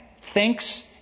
thinks